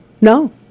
no